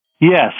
Yes